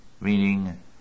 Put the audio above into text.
meaning